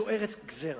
זו ארץ גזירה.